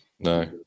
No